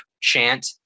chant